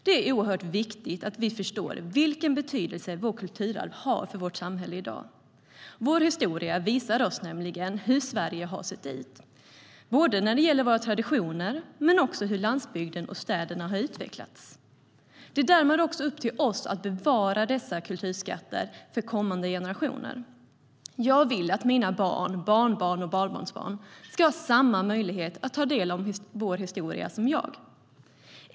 Det är oerhört viktigt att vi förstår vilken betydelse vårt kulturarv har för vårt samhälle i dag. Vår historia visar oss hur Sverige har sett ut när det gäller både våra traditioner och hur landsbygden och städerna har utvecklats genom åren. Det är därmed också upp till oss att bevara dessa kulturskatter för kommande generationer. Jag vill att mina barn, barnbarn och barnbarnsbarn ska ha samma möjlighet att få ta del av vår historia som jag.